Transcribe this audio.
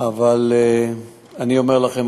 אבל אני אומר לכם,